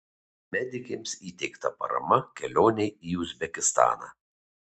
medikėms įteikta parama kelionei į uzbekistaną